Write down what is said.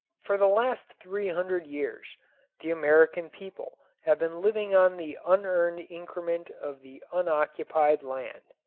for the last three hundred years the american people have been living on the unearned increment of the unoccupied land.